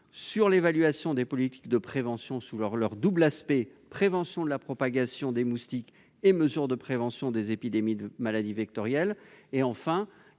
sur l'évaluation des politiques de prévention sous leur double aspect- prévention de la propagation des moustiques et prévention des épidémies de maladies vectorielles -et, enfin,